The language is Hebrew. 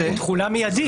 בתחולה מיידית.